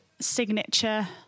signature